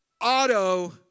auto